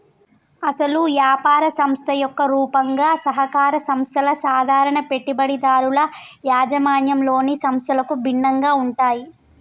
అసలు యాపార సంస్థ యొక్క రూపంగా సహకార సంస్థల సాధారణ పెట్టుబడిదారుల యాజమాన్యంలోని సంస్థలకు భిన్నంగా ఉంటాయి